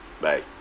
Bye